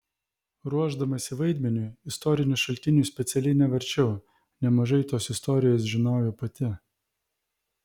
ruošdamasi vaidmeniui istorinių šaltinių specialiai nevarčiau nemažai tos istorijos žinojau pati